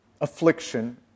affliction